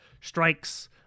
strikes